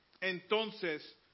entonces